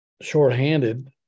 shorthanded